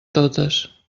totes